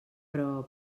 però